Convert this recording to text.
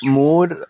more